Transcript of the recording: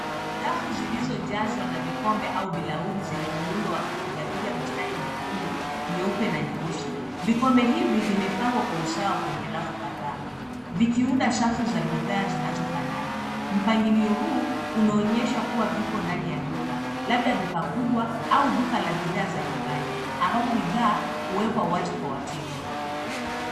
Rafu zilizojazwa na vikombe au bilauri zenye muundo wa kupigapiga mistari nyekundu, nyeupe na nyeusi vikombe hivi vimepangwa kwa usawa kwenye rafu kadhaa vikiunda safu za bidhaa zinazofanana mpangilio huu unaonyesha kuwa vipo ndani ya duka labda duka kubwa au duka la bidhaa za nyumbani ambapo bidhaa huwekwa wazi kwa wateja.